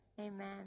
Amen